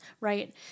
right